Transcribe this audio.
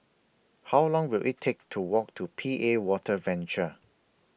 How Long Will IT Take to Walk to P A Water Venture